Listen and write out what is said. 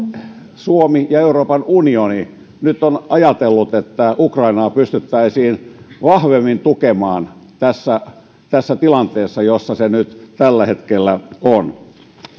suomi ja euroopan unioni ovat nyt ajatelleet että ukrainaa pystyttäisiin vahvemmin tukemaan tässä tässä tilanteessa jossa se nyt tällä hetkellä on